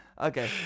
okay